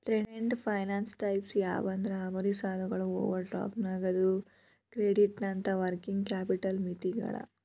trade finance types ಯಾವಂದ್ರ ಅವಧಿ ಸಾಲಗಳು ಓವರ್ ಡ್ರಾಫ್ಟ್ ನಗದು ಕ್ರೆಡಿಟ್ನಂತ ವರ್ಕಿಂಗ್ ಕ್ಯಾಪಿಟಲ್ ಮಿತಿಗಳ